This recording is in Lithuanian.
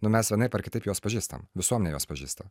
nu mes vienaip ar kitaip juos pažįstam visuomenė juos pažįsta